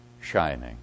shining